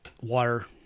Water